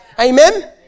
amen